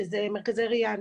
שזה מרכזי ראייה,